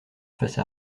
face